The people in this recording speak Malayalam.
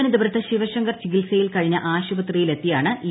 തിരുവനന്തപുരത്ത് ശിവശങ്കർ ചികിത്സയിൽ കഴിഞ്ഞ ആശുപത്രിയിലെത്തിയാണ് ഇ